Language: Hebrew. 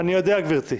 אני יודע גברתי,